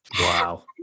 Wow